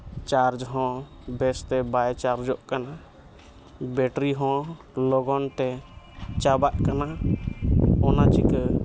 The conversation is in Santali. ᱪᱟᱨᱡᱽ ᱦᱚᱸ ᱵᱮᱥᱛᱮ ᱵᱟᱭ ᱪᱟᱨᱡᱚᱜ ᱠᱟᱱᱟ ᱵᱮᱴᱨᱤ ᱦᱚᱸ ᱞᱚᱜᱚᱱᱛᱮ ᱪᱟᱵᱟᱜ ᱠᱟᱱᱟ ᱚᱱᱟ ᱪᱤᱠᱟᱹ